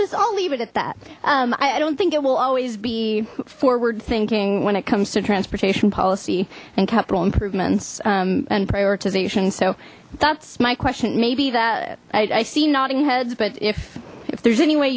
i'll leave it at that i don't think it will always be forward thinking when it comes to transportation policy and capital improvements and prioritization so that's my question maybe that i see nodding heads but if if there's any way